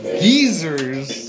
geezers